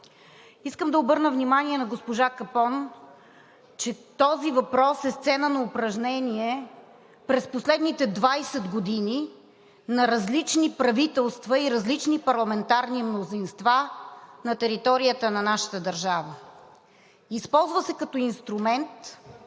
искам да обърна внимание на госпожа Капон, че този въпрос е сцена на упражнение през последните 20 години на различни правителства и различни парламентарни мнозинства на територията на нашата държава. Използва се като инструмент,